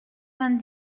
vingt